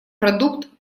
продукт